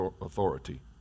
authority